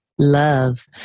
Love